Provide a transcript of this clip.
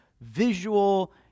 visual